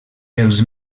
els